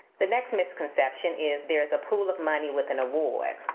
the next misconception is there's a pool of money with an award.